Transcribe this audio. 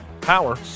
power